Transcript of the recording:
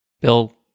Bill